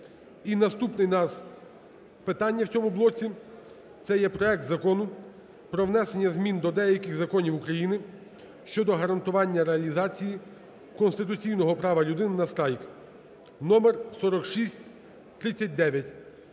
нас питання в цьому блоці - це є проект Закону про внесення змін до деяких законів України щодо гарантування реалізації конституційного права людини на страйк (№4639).